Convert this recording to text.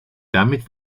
damit